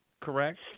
correct